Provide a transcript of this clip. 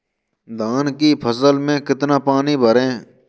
धान की फसल में कितना पानी भरें?